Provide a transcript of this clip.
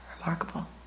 remarkable